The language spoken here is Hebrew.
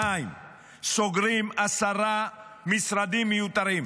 2. סוגרים עשרה משרדים מיותרים,